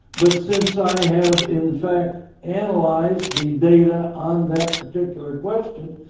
but since i have in fact analyzed the data on that particular question,